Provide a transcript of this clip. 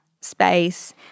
space